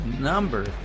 number